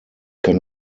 kann